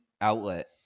outlet